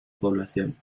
población